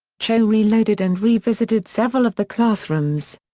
cho reloaded and revisited several of the classrooms.